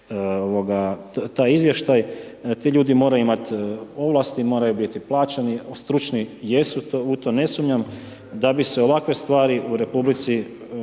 taj izvještaj, ti ljudi moraju imati ovlasti, moraju biti plaćeni, stručni jesu, u to ne sumnjam da bi se ovakve stvari u RH